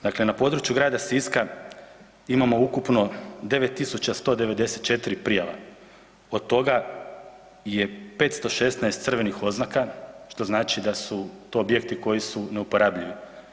Dakle na području grada Siska imamo ukupno 9 194 prijava, od toga je 516 crvenih oznaka što znači da su to objekti koji su neuporabljivi.